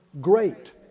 great